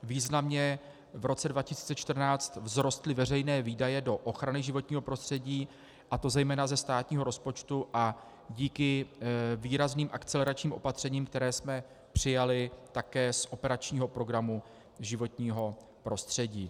Významně v roce 2014 vzrostly veřejné výdaje do ochrany životního prostředí, a to zejména ze státního rozpočtu a díky výrazným akceleračním opatřením, která jsme přijali také z operačního programu Životní prostředí.